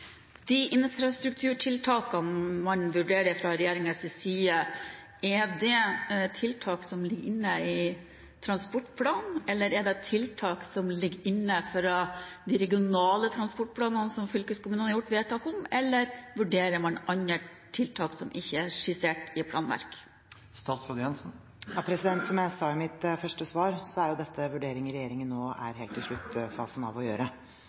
De infrastrukturtiltakene man vurderer fra regjeringens side, er det tiltak som ligger inne i transportplanen, er det tiltak som ligger inne i de regionale transportplanene som fylkeskommunene har gjort vedtak om, eller vurderer man andre tiltak, som ikke er skissert i planverk? Som jeg sa i mitt første svar, er dette vurderinger regjeringen nå er helt i sluttfasen av. Så jeg vil be representanten Sjelmo Nordås om å